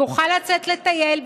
יוכל לצאת לטייל,